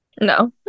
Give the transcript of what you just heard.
no